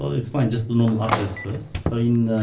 it's fine. just the normal up this first so in